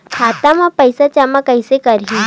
खाता म पईसा जमा कइसे करही?